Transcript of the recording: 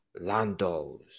Landos